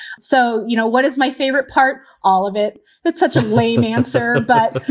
so, you know, what is my favorite part? all of it that's such a lame answer. but,